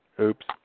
Oops